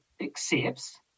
accepts